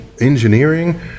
engineering